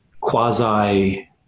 quasi